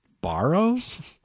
borrows